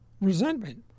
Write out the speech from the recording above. resentment